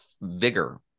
vigor